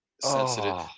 sensitive